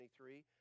23